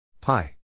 Pi